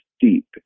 deep